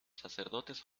sacerdotes